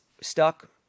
stuck